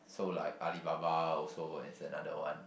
so like Alibaba also is another one